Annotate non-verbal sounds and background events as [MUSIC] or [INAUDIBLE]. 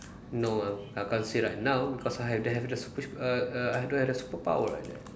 no I I can't say right now because I have the habit of [NOISE] err err I don't have the superpower like that